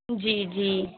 جی جی